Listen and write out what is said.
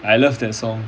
I love that song